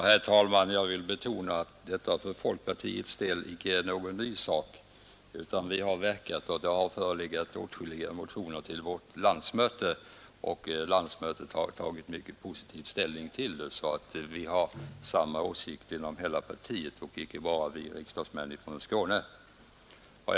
Herr talman! Jag vill betona att detta för folkpartiets del inte är någon ny sak. Vi har förut verkat för den, och på vårt landsmöte förelåg åtskilliga motioner i denna fråga, vilka landsmötet tog mycket positiv ställning till. Vi har samma åsikt inom hela partiet, och det är alltså inte bara vi riksdagsmän från Skåne som driver denna fråga.